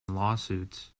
lawsuits